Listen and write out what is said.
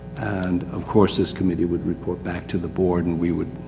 and of course this committee would report back to the board, and we would,